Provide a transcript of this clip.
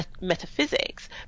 metaphysics